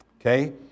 okay